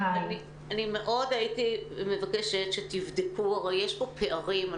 אני מאוד הייתי מבקשת שתבדקו כי יש פה פערים.